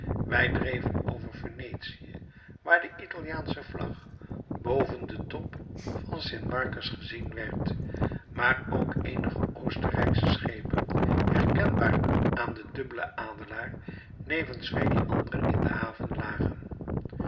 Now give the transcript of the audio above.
wij dreven over venetië waar de italiaansche vlag boven den top van st marcus gezien werd maar ook eenige oostenrijksche schepen herkenbaar aan den dubbelen adelaar nevens vele andere in de haven lagen